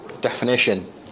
definition